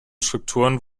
strukturen